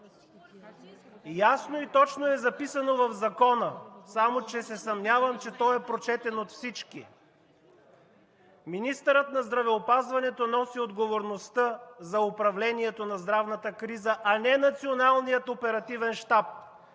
ясно и точно е записано в Закона, само че се съмнявам, че той е прочетен от всички – министърът на здравеопазването носи отговорността за управлението на здравната криза, а не Националният оперативен щаб,